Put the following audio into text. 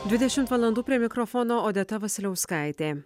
dvidešimt valandų prie mikrofono odeta vasiliauskaitė